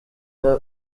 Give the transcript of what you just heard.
iha